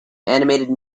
animated